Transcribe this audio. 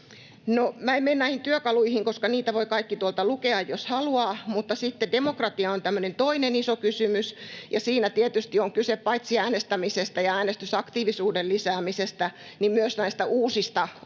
En mene näihin työkaluihin, koska niitä voivat kaikki tuolta lukea, jos haluavat. Mutta sitten demokratia on toinen iso kysymys, ja siinä tietysti on kyse paitsi äänestämisestä ja äänestysaktiivisuuden lisäämisestä myös näistä uusista osallisuuden